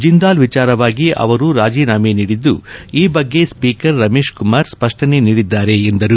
ಜಿಂದಾಲ್ ವಿಚಾರವಾಗಿ ಅವರು ರಾಜೀನಾಮೆ ನೀಡಿದ್ದು ಈ ಬಗ್ಗೆ ಸ್ಪೀಕರ್ ರಮೇಶ್ ಕುಮಾರ್ ಸ್ಪಷ್ವನೆ ನೀಡಿದ್ದಾರೆ ಎಂದರು